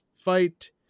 fight